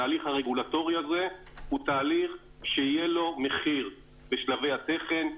התהליך הרגולטורי הזה הוא תהליך שיהיה לו מחיר בשלבי התכן,